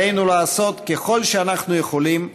עלינו לעשות ככל שאנחנו יכולים,